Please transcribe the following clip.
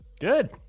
Good